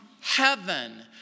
heaven